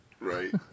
Right